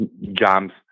jumps